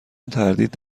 تردید